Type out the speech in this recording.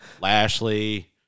Lashley